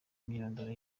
imyirondoro